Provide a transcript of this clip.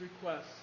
requests